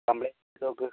complaint കൊടുത്ത് നോക്ക്